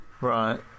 Right